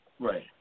Right